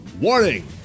Warning